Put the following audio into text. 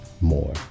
More